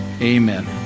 Amen